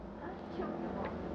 !huh! chiong 什么